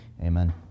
amen